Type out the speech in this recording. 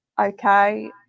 okay